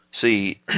see